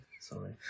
Sorry